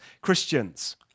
Christians